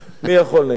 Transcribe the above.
מי יכול נגד נינו?